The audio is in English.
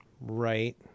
Right